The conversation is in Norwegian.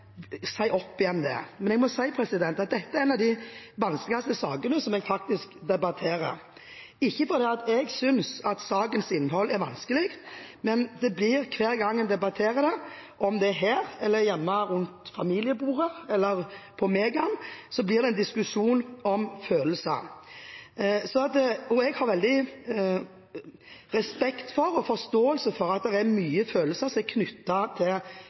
si det igjen. Men jeg må si at dette faktisk er en av de vanskeligste sakene jeg debatterer, ikke fordi jeg synes sakens innhold er vanskelig, men fordi det hver gang en debatterer det – om det er her, hjemme rundt familiebordet eller på Mega – blir en diskusjon om følelser. Jeg har veldig respekt og forståelse for at det er mange følelser knyttet til